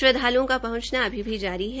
श्रद्वाल्ओं का पहुंचना अभी भी जारी है